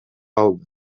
алды